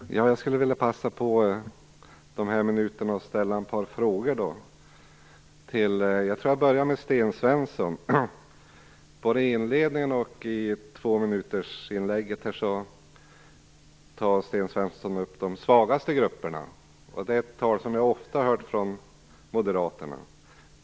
Fru talman! Jag skulle vilja passa på att ställa ett par frågor under dessa minuter. Jag tror att jag börjar med Sten Svensson. Både i inledningen och i tvåminutersinlägget tog Sten Svensson upp de svagaste grupperna. Det är ett tal som jag ofta hört från Moderaterna.